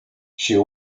she